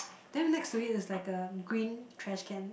then next to it is like a green trash can